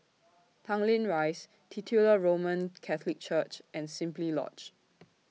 Tanglin Rise Titular Roman Catholic Church and Simply Lodge